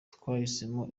twahisemo